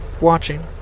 watching